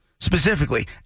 Specifically